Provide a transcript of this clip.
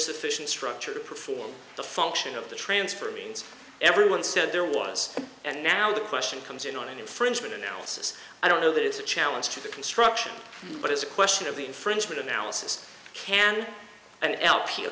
sufficient structure to perform the function of the transfer means everyone said there was and now the question comes in on an infringement analysis i don't know that it's a challenge to the construction but is a question of the infringement analysis can an l